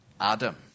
Adam